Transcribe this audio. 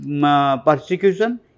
persecution